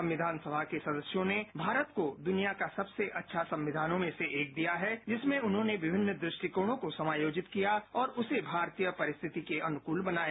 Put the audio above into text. संविधान सभा के सदस्यों ने भारत को दुनियां का सबसे अच्छा संविधानों में से एक दिया है जिमसें उन्होंने विभिन्न दृष्टिकोणों को समायोजित किया और उसे भारतीय परिस्थिति के अनुकूल बनाया